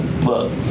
look